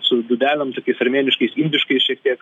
su dūdelėm tokiais armėniškais indiškais šiek tiek